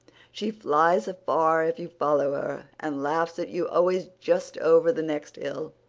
she flies afar if you follow her, and laughs at you always just over the next hill.